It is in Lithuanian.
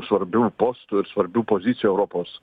svarbių postų ir svarbių pozicijų europos